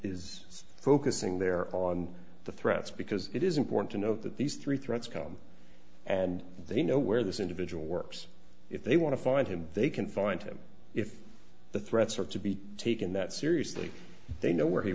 is focusing there on the threats because it is important to note that these three threats come and they know where this individual works if they want to find him they can find him if the threats are to be taken that seriously they know where he